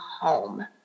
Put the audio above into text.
home